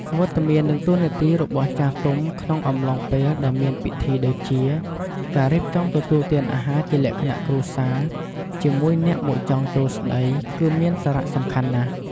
វត្តមាន និង តួនាទីរបស់ចាស់ទុំក្នុង អំឡុងពេលដែលមានពិធី ដូចជា ការរៀបចំទទួលទានអាហារជាលក្ខណៈគ្រួសារ ជាមួយអ្នកមកចង់ចូលស្តី គឺមានសារៈសំខាន់ណាស់។